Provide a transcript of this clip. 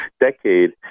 decade